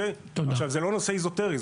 זה לא נושא איזוטרי,